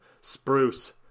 spruce